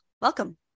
Welcome